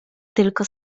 tylko